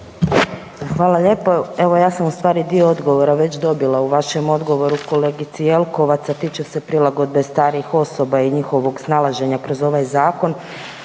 Hvala lijepo. Evo ja sam u stvari dio odgovora već dobila u vašem odgovoru kolegici Jelkovac, a tiče se prilagodbe starih osoba i njihovog snalaženja kroz ovaj zakon